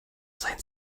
seien